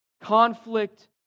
conflict